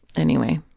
anyway.